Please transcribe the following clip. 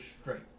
straight